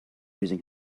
using